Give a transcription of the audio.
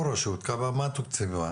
כל רשות כמה תוקצבה,